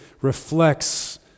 reflects